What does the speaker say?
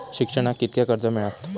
शिक्षणाक कीतक्या कर्ज मिलात?